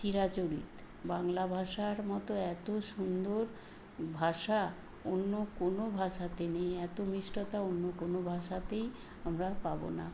চিরাচরিত বাংলা ভাষার মতো এত সুন্দর ভাষা অন্য কোনো ভাষাতে নেই এত মিষ্টতা অন্য কোনো ভাষাতেই আমরা পাব না